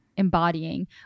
embodying